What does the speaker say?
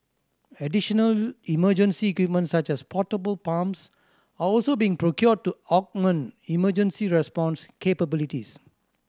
additional emergency equipment such as portable pumps are also being procured to augment emergency response capabilities